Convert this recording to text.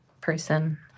person